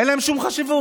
אין להם שום חשיבות.